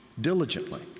diligently